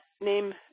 name